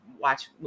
watch